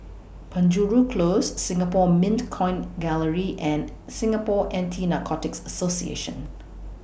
Penjuru Close Singapore Mint Coin Gallery and Singapore Anti Narcotics Association